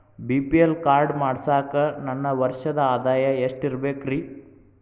BPL card ಮಾಡ್ಸಾಕ ನನ್ನ ವರ್ಷದ್ ಆದಾಯ ಎಷ್ಟ ಇರಬೇಕ್ರಿ?